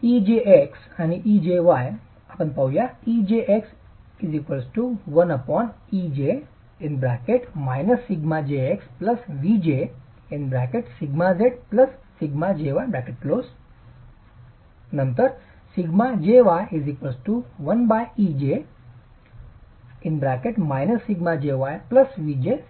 jx ⎡⎣−σjx νj σz σjy ⎤⎦ j jy ⎡⎣−σjy νj σz −